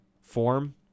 form